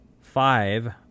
five